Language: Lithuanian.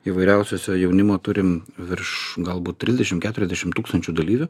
įvairiausiose jaunimo turim virš galbūt trisdešimt keturiasdešimt tūkstančių dalyvių